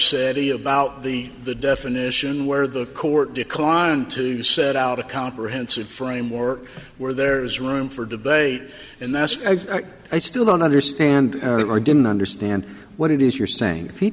he about the the definition where the court declined to set out a comprehensive framework where there is room for debate in the us i still don't understand or didn't understand what it is you're saying if he